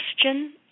Question